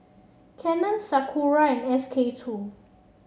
Canon Sakura and SK two